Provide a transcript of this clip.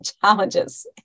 challenges